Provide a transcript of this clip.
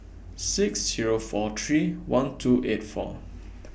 six Zero four three one two eight four